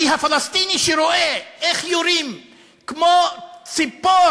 כי הפלסטיני שרואה איך יורים כמו בציפור,